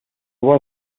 voz